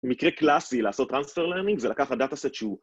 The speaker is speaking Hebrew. מקרה קלאסי לעשות transfer learning זה לקחת data set שהוא...